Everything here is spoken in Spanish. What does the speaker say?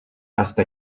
hasta